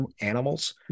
animals